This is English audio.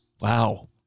wow